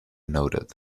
noted